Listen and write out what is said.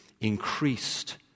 increased